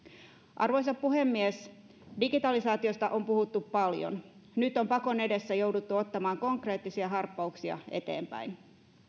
arvoisa puhemies digitalisaatiosta on puhuttu paljon nyt on pakon edessä jouduttu ottamaan konkreettisia harppauksia eteenpäin